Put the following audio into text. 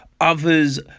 Others